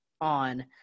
on